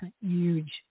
huge